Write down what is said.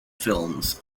films